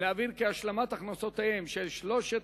להבהיר כי השלמת הכנסותיהם של שלושת